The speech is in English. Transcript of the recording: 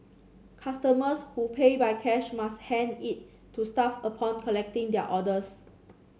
customers who pay by cash must hand it to staff upon collecting their orders